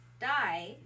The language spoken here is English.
die